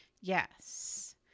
Yes